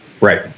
right